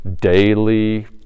daily